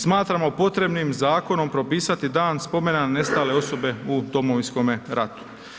Smatramo potrebnim zakonom propisati dan spomena na nestale osobe u Domovinskome ratu.